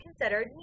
considered